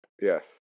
Yes